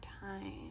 time